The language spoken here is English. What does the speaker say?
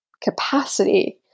capacity